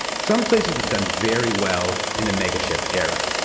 some places have done very well in the mega-ship era.